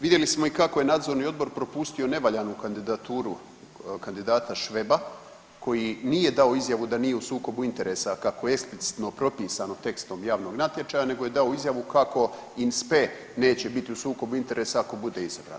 Vidjeli smo i kako je nadzorni odbor propustio nevaljanu kandidaturu kandidata Šveba koji nije dao izjavu da nije u sukobu interesa tako eksplicitno propisano tekstom javnog natječaja nego je dao izjavu kao in spe neće biti u sukobu interesa ako bude izabran.